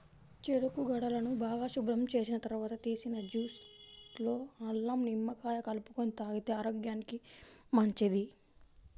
చెరుకు గడలను బాగా శుభ్రం చేసిన తర్వాత తీసిన జ్యూస్ లో అల్లం, నిమ్మకాయ కలుపుకొని తాగితే ఆరోగ్యానికి మంచిది